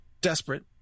desperate